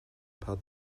paar